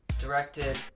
directed